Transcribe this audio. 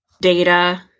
data